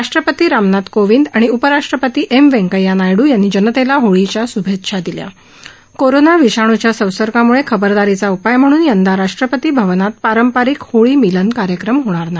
राष्ट्रपती रामनाथ कोविंद आणि उपराष्ट्रपती एम व्यंकय्या नायडू यांनी जणतेला होळीच्या शुभेच्छा दिल्या कोरोना विषाण्च्या संसर्गाम्ळे खबरदारीचा उपाय म्हणून यंदा राष्ट्रपती भवनात पारंपरिक होळी मिलन कार्यक्रम होणार नाही